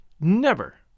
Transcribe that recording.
Never